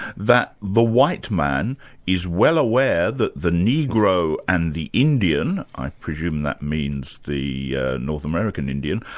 that the white man is well aware that the negro and the indian i presume that means the north american indian.